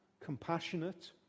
compassionate